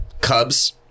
cubs